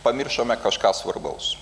pamiršome kažką svarbaus